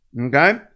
okay